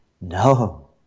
No